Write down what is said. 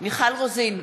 מיכל רוזין,